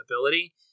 ability